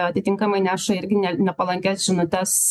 atitinkamai neša irgi ne nepalankias žinutes